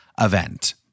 event